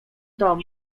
dom